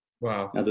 Wow